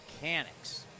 mechanics